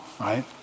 right